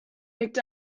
picked